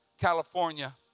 California